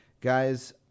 Guys